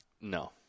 No